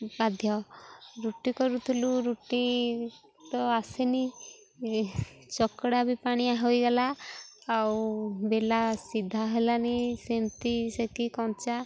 ବାଧ୍ୟ ରୁଟି କରିଥିଲୁ ରୁଟି ତ ଆସେନି ଚକଡ଼ା ବି ପାଣିଆ ହୋଇଗଲା ଆଉ ବେଲା ସିଧା ହେଲାନି ସେମିତି ସେକି କଞ୍ଚା